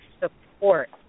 support